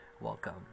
welcome